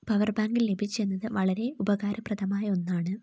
പവർബാങ്കും ലഭിച്ചെന്നത് വളരെ ഉപകാരപ്രദമായ ഒന്നാണ്